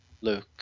Luke